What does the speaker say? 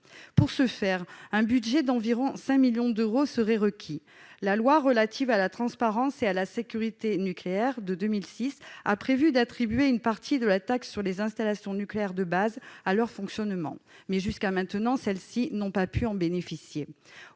Pour ce faire, un budget d'environ 5 millions d'euros serait nécessaire. La loi relative à la transparence et à la sécurité nucléaire de 2006 a prévu d'attribuer une partie de la taxe sur les installations nucléaires de base à leur fonctionnement, mais, jusqu'à maintenant, elles n'ont pas pu en bénéficier.